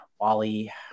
Wally